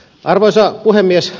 arvoisa puhemies